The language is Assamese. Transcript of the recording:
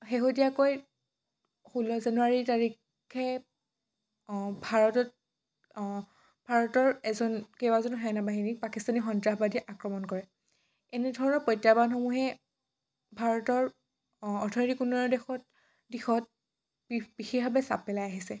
শেহতীয়াকৈ ষোল্ল জানুৱাৰী তাৰিখে ভাৰতত ভাৰতৰ এজন কেইবাজনো সেনাবাহিনীক পাকিস্তানী সন্ত্ৰাসবাদীয়ে আক্ৰমণ কৰে এনেধৰণৰ প্ৰত্যাহ্বানসমূহে ভাৰতৰ অৰ্থনৈতিক উন্নয়নৰ দিশত দিশত বিশেষভাৱে চাপ পেলাই আহিছে